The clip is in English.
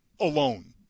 alone